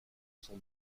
son